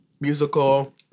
musical